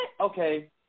Okay